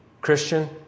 Christian